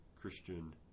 Christian